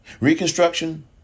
Reconstruction